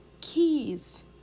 keys